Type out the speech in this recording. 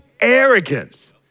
arrogance